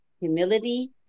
humility